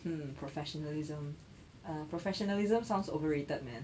mm professionalism err professionalism sounds overrated man